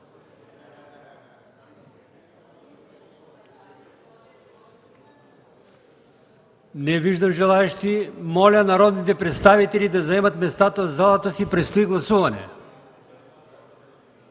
Не виждам желаещи. Моля народните представители да заемат местата си в залата, предстои гласуване.